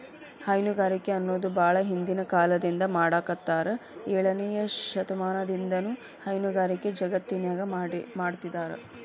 ಹೈನುಗಾರಿಕೆ ಅನ್ನೋದು ಬಾಳ ಹಿಂದಿನ ಕಾಲದಿಂದ ಮಾಡಾತ್ತಾರ ಏಳನೇ ಶತಮಾನದಾಗಿನಿಂದನೂ ಹೈನುಗಾರಿಕೆ ಜಗತ್ತಿನ್ಯಾಗ ಮಾಡ್ತಿದಾರ